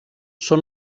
són